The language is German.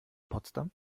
potsdam